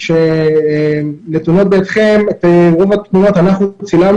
את רוב התמונות שנתונות בידיכם אנחנו צילמנו,